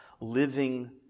Living